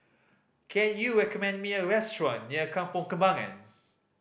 can you recommend me a restaurant near Kampong Kembangan